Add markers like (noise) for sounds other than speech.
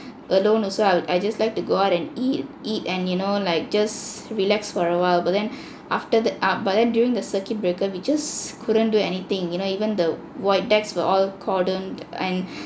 alone also I'll I just like to go out and eat eat and you know like just relax for awhile but then (breath) after that ah but then during the circuit breaker we just couldn't do anything you know even the void decks were all cordoned and